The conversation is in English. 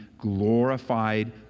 glorified